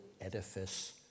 edifice